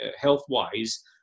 health-wise